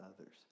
others